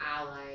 ally